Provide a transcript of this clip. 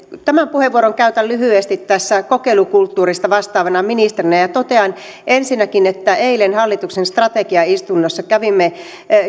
tämän puheenvuoron käytän lyhyesti tässä kokeilukulttuurista vastaavana ministerinä ja totean ensinnäkin että eilen hallituksen strategiaistunnossa kävimme